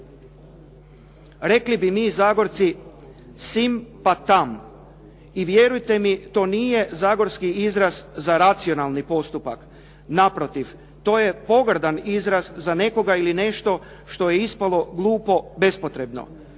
Rekli bi mi Zagorci sim, pa tam. I vjerujte mi to nije zagorski izraz za racionalni postupak. Naprotiv, to je pogrdan izraz za nekoga ili nešto što je ispalo glupo bespotrebno.